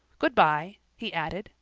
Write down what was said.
good bye, he added,